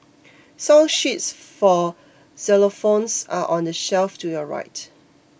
song sheets for xylophones are on the shelf to your right